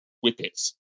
whippets